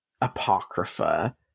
apocrypha